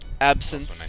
Absence